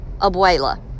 Abuela